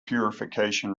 purification